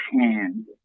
hand